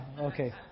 okay